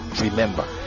remember